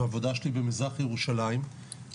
והעבודה שלי במזרח ירושלים,